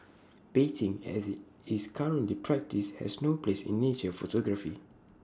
baiting as IT is currently practised has no place in nature photography